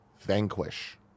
Vanquish